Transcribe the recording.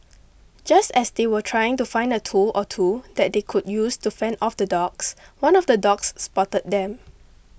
just as they were trying to find a tool or two that they could use to fend off the dogs one of the dogs spotted them